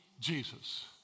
Jesus